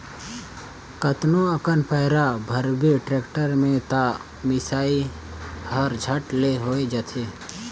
कतनो अकन पैरा भरबे टेक्टर में त मिसई हर झट ले हो जाथे